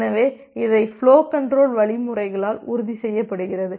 எனவே இதை flow control வழிமுறைகளால் உறுதி செய்யப்படுகிறது